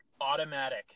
automatic